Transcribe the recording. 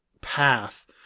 path